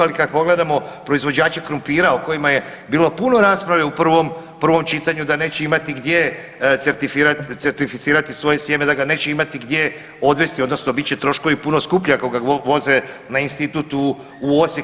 Ali kad govorimo proizvođači krumpira o kojima je bilo puno rasprave u prvom čitanju da neće imati gdje certificirati svoje sjeme, da ga neće imati gdje odvesti odnosno bit će troškovi puno skuplji ako ga voze na Institut u Osijek.